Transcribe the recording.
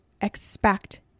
expect